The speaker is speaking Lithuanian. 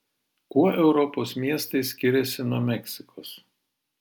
kuo europos miestai skiriasi nuo meksikos